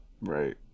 Right